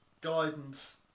guidance